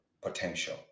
potential